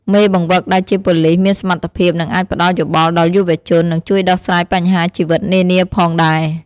មេបង្វឹកដែលជាប៉ូលីសមានសមត្ថភាពនិងអាចផ្ដល់យោបល់ដល់យុវជន និងជួយដោះស្រាយបញ្ហាជីវិតនានាផងដែរ។